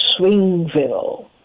Swingville